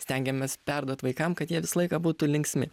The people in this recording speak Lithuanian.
stengiamės perduot vaikam kad jie visą laiką būtų linksmi